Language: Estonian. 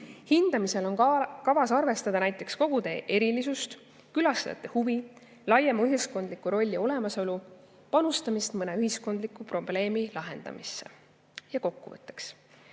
Hindamisel on kavas arvestada näiteks kogude erilisust, külastajate huvi, laiema ühiskondliku rolli olemasolu, panustamist mõne ühiskondliku probleemi lahendamisse. Kokkuvõtteks